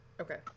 Okay